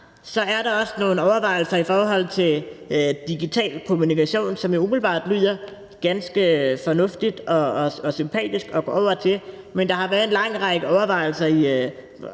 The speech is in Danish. Så er der også nogle overvejelser i forhold til digital kommunikation, hvilket jo umiddelbart lyder ganske fornuftigt og sympatisk at gå over til. Men der har været en lang række overvejelser i